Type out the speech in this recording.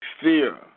Fear